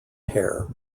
hair